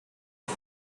and